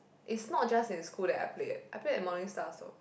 it's not just in school that I play eh I play at Morning Star also